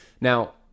Now